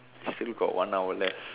still got one hour left